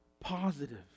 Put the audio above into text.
positive